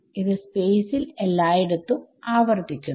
ഇത് സ്പേസിൽ എല്ലായിടത്തും ആവർത്തിക്കുന്നു